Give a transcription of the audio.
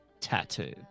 Tattoo